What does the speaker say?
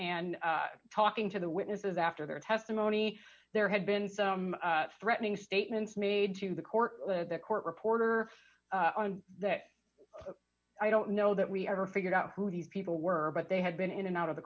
and talking to the witnesses after their testimony there had been some threatening statements made to the court the court reporter and i don't know that we ever figured out who these people were but they had been in and out of the